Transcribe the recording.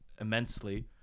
immensely